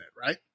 Right